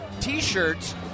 t-shirts